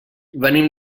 venim